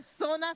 personas